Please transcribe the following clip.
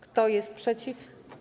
Kto jest przeciw?